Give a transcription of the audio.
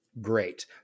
great